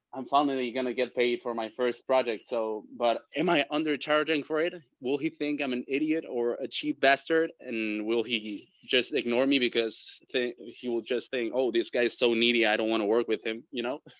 i'm finding that you're going to get paid for my first project. so, but am i under charging for it? will he think i'm an idiot or a cheap bastard? and will he he just ignore me? because she will just think, oh, this guy is so needy. i don't want to work with him, you know?